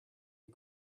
you